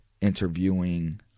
interviewing